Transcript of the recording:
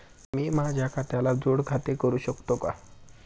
मी माझ्या खात्याला जोड खाते करू शकतो का?